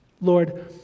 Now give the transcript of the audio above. Lord